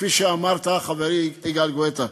וכפי שאמר חברי יגאל גואטה,